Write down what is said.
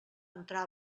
entrar